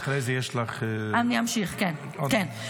בדיוק, אחרי זה יש לך עוד פעם, עוד מעט.